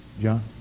John